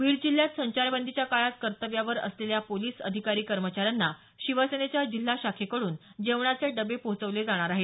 बीड जिल्ह्यात संचारबंदीच्या काळात कर्तव्यावर असलेल्या पोलिस अधिकारी कमेचाऱ्यांना शिवसेनेच्या जिल्हाशाखेकडून जेवणाचे डबे पोहोचवले जाणार आहेत